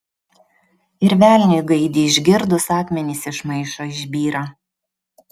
ir velniui gaidį išgirdus akmenys iš maišo išbyra